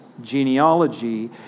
genealogy